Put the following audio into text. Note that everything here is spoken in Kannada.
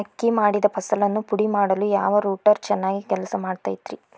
ಅಕ್ಕಿ ಮಾಡಿದ ಫಸಲನ್ನು ಪುಡಿಮಾಡಲು ಯಾವ ರೂಟರ್ ಚೆನ್ನಾಗಿ ಕೆಲಸ ಮಾಡತೈತ್ರಿ?